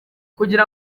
kugira